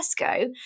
Tesco